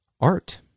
art